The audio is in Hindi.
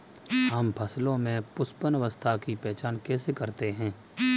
हम फसलों में पुष्पन अवस्था की पहचान कैसे करते हैं?